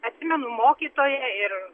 atsimenu mokytoja ir